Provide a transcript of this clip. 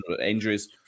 injuries